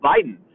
Biden